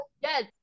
yes